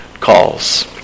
calls